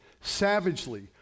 savagely